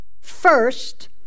First